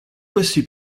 questi